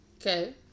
Okay